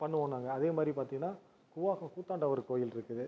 பண்ணுவோம் நாங்கள் அதேமாதிரி பார்த்தீங்கனா கூவாகம் கூத்தாண்டவர் கோவில் இருக்குது